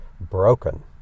broken